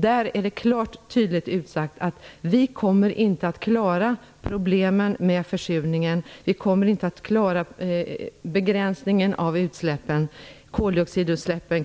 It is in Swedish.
Där är det klart och tydligt uttalat att vi inte kommer att klara problemen med försurningen. Vi kommer inte att klara begränsningen av koldioxidoch kväveoxidutsläppen